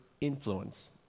influence